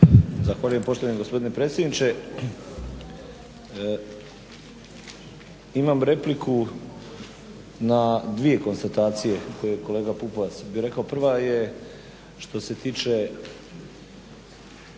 Zahvaljujem poštovani gospodine predsjedniče. Imam repliku na dvije konstatacije koje je kolega Pupovac rekao. Prva je što se tiče